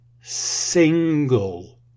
single